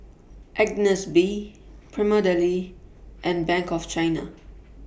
Agnes B Prima Deli and Bank of China